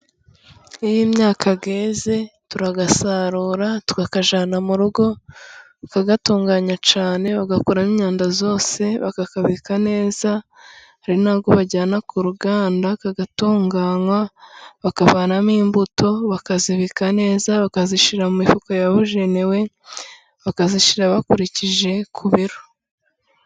Iyo imyaka yeze turayisarura tukayijyana mu rugo bakayitunganya cyane bagakuramo imyanda yose, bakayibika neza hari n'iyo bajyana ku ruganda igatunganywa bakavanamo imbuto bakazibika neza bakayishyira mu mifuka yabugenewe, bakayishyiramo bakurikije ku biro.